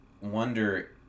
wonder